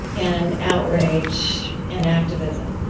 and outrage and activism